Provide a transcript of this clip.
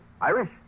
Irish